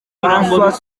françois